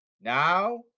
Now